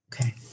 Okay